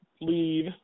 leave